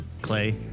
clay